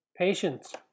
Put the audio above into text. Patience